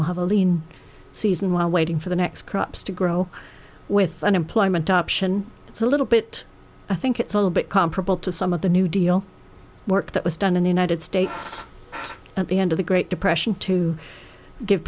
will have a lean season while waiting for the next crops to grow with an employment option it's a little bit i think it's a little bit comparable to some of the new deal work that was done in the united states at the end of the great depression to give